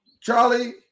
Charlie